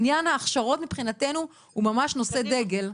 עניין ההכשרות מבחינתנו הוא ממש נושא דגל.